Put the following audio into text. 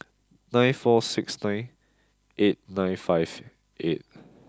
nine four six nine eight nine five eight